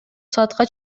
саатка